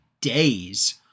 days